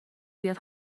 بیاد